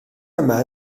yma